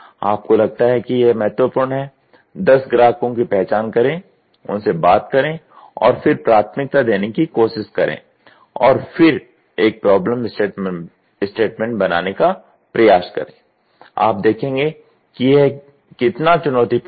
आपको लगता है कि यह महत्वपूर्ण है दस ग्राहकों की पहचान करें उनसे बात करें और फिर प्राथमिकता देने की कोशिश करें और फिर एक प्रॉब्लम स्टेटमेंट बनाने का प्रयास करें आप देखेंगे कि यह कितना चुनौतीपूर्ण है